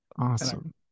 Awesome